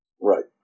Right